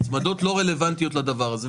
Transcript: ההצמדות לא רלוונטיות לדבר הזה.